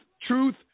truth